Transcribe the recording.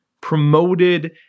promoted